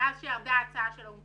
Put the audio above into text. מאז ירדה ההצעה של האו"ם.